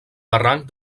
barranc